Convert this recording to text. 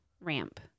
ramp